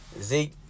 Zeke